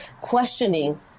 questioning